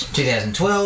2012